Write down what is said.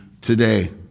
today